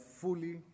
fully